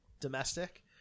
domestic